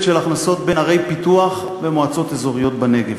של הכנסות בין ערי פיתוח ומועצות אזוריות בנגב.